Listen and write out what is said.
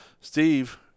Steve